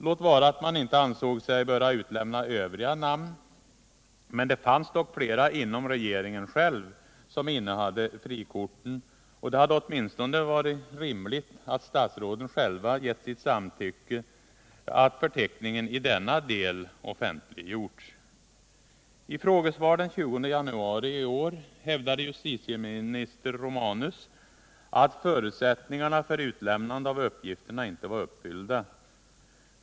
Låt vara att man inte ansåg sig böra utlämna övriga namn — det fanns dock flera inom regeringen som innehade frikort, och det hade åtminstone varit rimligt att statsråden själva gett sitt samtycke till att förteckningen i denna del offentliggjordes. I ett frågesvar den 20 januari i år hävdade justitieminister Romanus att förutsättningarna för utlämnande av uppgifterna inte var uppfyllda.